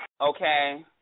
Okay